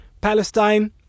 Palestine